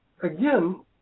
Again